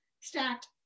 stacked